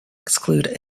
exclude